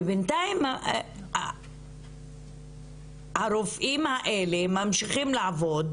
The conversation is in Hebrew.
ובינתיים הרופאים האלה ממשיכים לעבוד